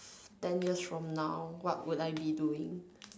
ten years from now what would I be doing